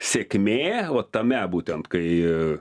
sėkmė vat tame būtent kai